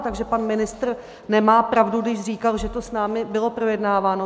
Takže pan ministr nemá pravdu, když říkal, že to s námi bylo projednáváno.